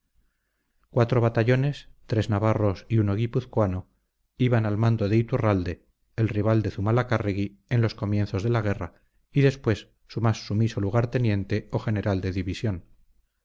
cuatro batallones tres navarros y uno guipuzcoano iban al mando de iturralde el rival de zumalacárregui en los comienzos de la guerra y después su más sumiso lugarteniente o general de división